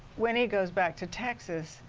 when he goes back to texas,